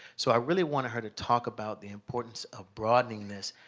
so i really wanted her to talk about the importance of broadening this